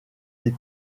des